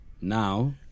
Now